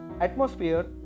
atmosphere